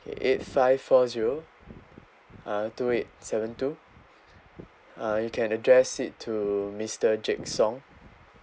okay eight five four zero uh two eight seven two uh you can address it to mister jake song